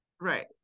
Right